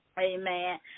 Amen